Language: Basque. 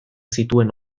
zituen